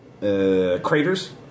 craters